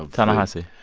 ta-nehisi.